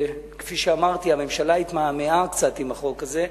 כפי שאמרתי, הממשלה התמהמהה קצת עם החוק הזה.